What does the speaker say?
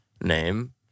name